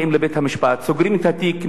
סוגרים את התיק מחוסר ראיות,